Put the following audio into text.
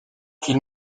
qu’ils